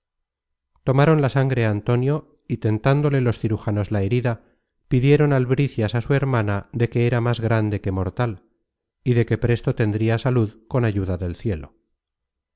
tomaron la sangre á antonio y tentándole los cirujanos la herida pidieron albricias a su hermana de que era más grande que mortal y de que presto tendria salud con ayuda del cielo